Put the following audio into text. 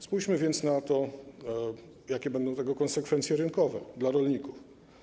Spójrzmy więc na to, jakie będą tego konsekwencje rynkowe, dla rolników.